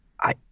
I-